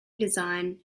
design